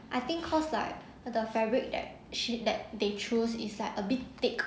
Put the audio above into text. I think cause like the fabric that she that they choose is like a bit thick